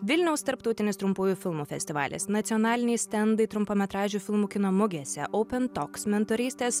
vilniaus tarptautinis trumpųjų filmų festivalis nacionaliniai stendai trumpametražių filmų kino mugėse oupen toks mentorystės